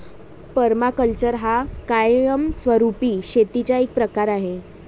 permaculture हा कायमस्वरूपी शेतीचा एक प्रकार आहे